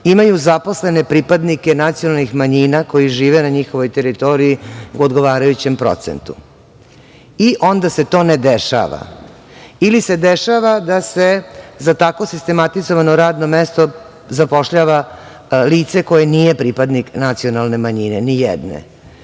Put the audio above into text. imaju zaposlene pripadnike nacionalnih manjina koji žive na njihovoj teritoriji u odgovarajućem procentu i onda se to ne dešava ili se dešava da se za tako sistematizovano radno mesto zapošljava lice koje nije pripadnik ni jedne nacionalne manjine. Ono što